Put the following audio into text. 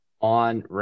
on